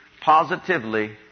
positively